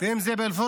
אם זה באל-פורעה,